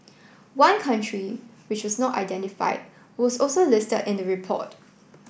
one country which was not identified was also listed in the report